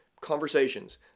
conversations